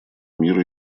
мира